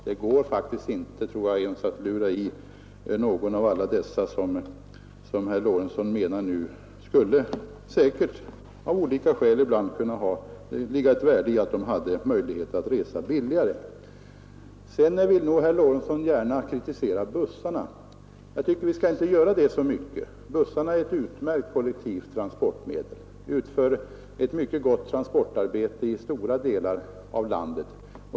Jag tror faktiskt att det inte ens går att lura någon av alla dessa som herr Lorentzon menar säkert skulle sätta värde på en möjlighet att resa billigare. Herr Lorentzon vill gärna kritisera bussarna. Jag tycker inte vi skall göra det. Bussen är ett utomordentligt bra kollektivt transportmedel som utför ett mycket gott transportarbete i stora delar av landet.